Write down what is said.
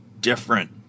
different